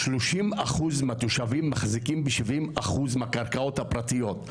30% מהתושבים מחזיקים ב-70% מהקרקעות הפרטיות.